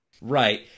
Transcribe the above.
Right